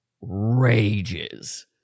rages